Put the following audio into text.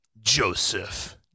Joseph